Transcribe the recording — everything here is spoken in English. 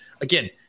Again